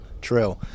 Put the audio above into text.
true